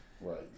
Right